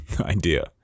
idea